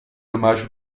dommages